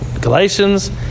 Galatians